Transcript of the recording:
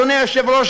אדוני היושב-ראש,